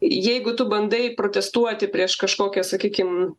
jeigu tu bandai protestuoti prieš kažkokią sakykim